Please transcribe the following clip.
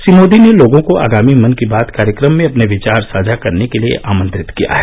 श्री मोदी ने लोगों को आगामी मन की बात कार्यक्रम में अपने विचार साझा करने के लिए आमंत्रित किया है